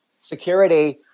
security